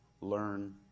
learn